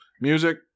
music